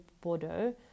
Bordeaux